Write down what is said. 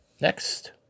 Next